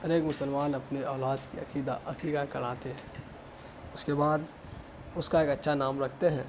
ہر ایک مسلمان اپنے اولاد کی عقیدہ عقیقہ کراتے ہیں اس کے بعد اس کا ایک اچھا نام رکھتے ہیں